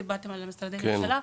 דיברתם על משרדי הממשלה,